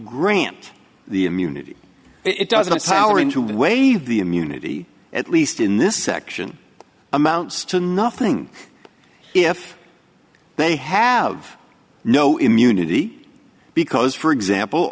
grant the immunity it doesn't souring to waive the immunity at least in this section amounts to nothing if they have no immunity because for example